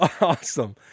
Awesome